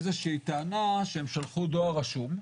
איזושהי טענה שהם שלחו דואר רשום.